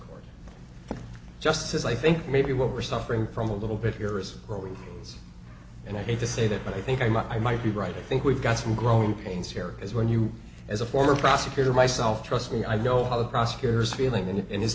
court just says i think maybe what we're suffering from a little bit here is growing and i hate to say that but i think i might i might be right i think we've got some growing pains here as when you as a former prosecutor myself trust me i know how the prosecutor is feeling and in his